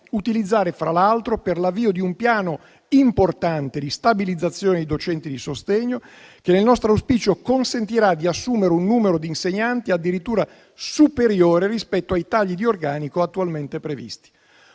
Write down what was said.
utilizzare, fra l'altro, per l'avvio di un piano importante di stabilizzazione dei docenti di sostegno, che nel nostro auspicio consentirà di assumere un numero di insegnanti addirittura superiore rispetto ai tagli di organico attualmente previsti.